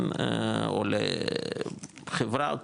או לחברה,